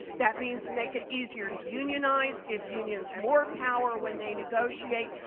that means make it easier to unionize, give unions more power when they negotiate,